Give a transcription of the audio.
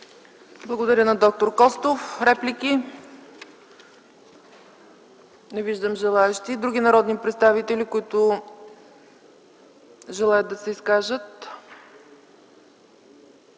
Благодаря на д-р Костов. Реплики? Не виждам желаещи. Други народни представители, които желаят да се изкажат?